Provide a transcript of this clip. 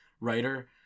writer